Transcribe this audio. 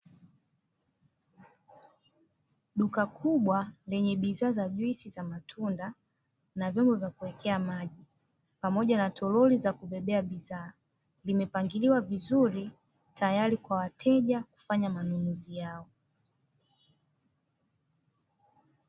Duka kubwa lenye bidhaa za juisi za matunda vyombo vya kuwekea maji pamoja na torori za kubebea bidhaa, zimepangiliwa vizuri tayari kwa wateja kufanya manunuzi yao.